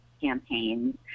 campaigns